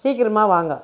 சீக்கிரமா வாங்க